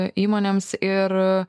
įmonėms ir